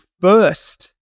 first